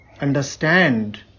understand